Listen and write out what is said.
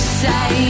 say